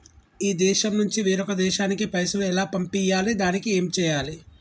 ఈ దేశం నుంచి వేరొక దేశానికి పైసలు ఎలా పంపియ్యాలి? దానికి ఏం చేయాలి?